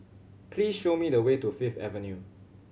please show me the way to Fifth Avenue